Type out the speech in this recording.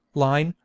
line,